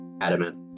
adamant